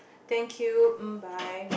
thank you um bye